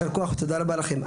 ישר כוח ותודה רבה לכם.